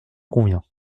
conviens